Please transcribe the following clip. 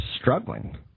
struggling